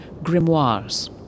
grimoires